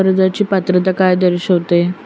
कर्जाची पात्रता काय दर्शविते?